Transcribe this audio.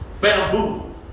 Bamboo